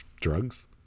drugs